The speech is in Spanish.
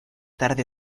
tarde